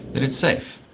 that it's safe,